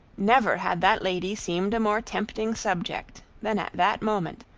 never had that lady seemed a more tempting subject than at that moment,